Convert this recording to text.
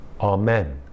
Amen